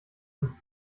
ist